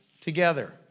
together